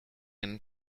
and